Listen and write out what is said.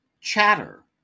Chatter